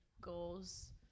goals